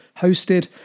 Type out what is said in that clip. hosted